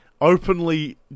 openly